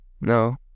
No